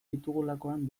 ditugulakoan